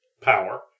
power